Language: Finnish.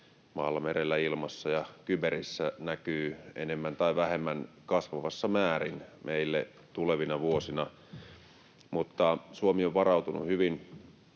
maalla, merellä, ilmassa ja kyberissä näkyy meille enemmän tai vähemmän kasvavassa määrin tulevina vuosina. Mutta Suomi on varautunut hyvin.